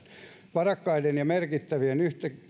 varakkaiden ja merkittävien